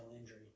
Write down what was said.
injury